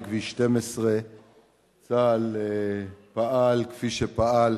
כביש 12. צה"ל פעל כפי שפעל,